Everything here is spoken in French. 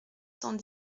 cent